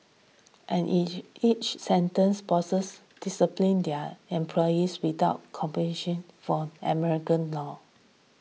and each each sentence bosses disciplined their employees without compulsion from American law